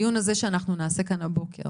הדיון הזה שאנחנו נקיים כאן הבוקר